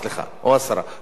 ההצבעה החלה.